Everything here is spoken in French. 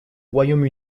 royaume